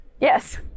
Yes